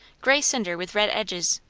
grey cinder with red edges,